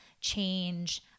change